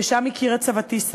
ושם הכיר את סבתי שרה.